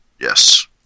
Yes